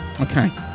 Okay